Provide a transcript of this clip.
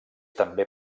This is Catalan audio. també